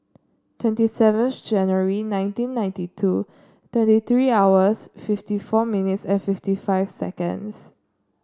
twenty seventh January nineteen ninety two twenty three hours fifty four minutes and fifty five seconds